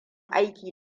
aiki